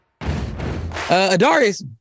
Adarius